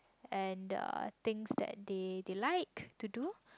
and a thing that they they like to do